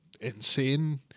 insane